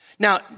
Now